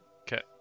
Okay